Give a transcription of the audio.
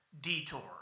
detour